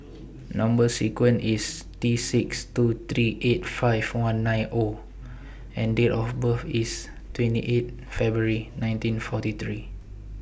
Number sequence IS T six two three eight five one nine O and Date of birth IS twenty eight February nineteen forty three